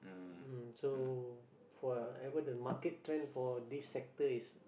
mm so for ever the market trend for this sector is